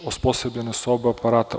Osposobljena su oba aparata.